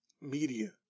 media